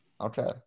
okay